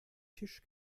tisch